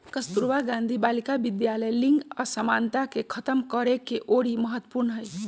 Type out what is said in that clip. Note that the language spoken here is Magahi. कस्तूरबा गांधी बालिका विद्यालय लिंग असमानता के खतम करेके ओरी महत्वपूर्ण हई